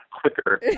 quicker